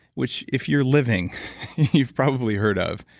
which if you're living you've probably heard of.